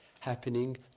happening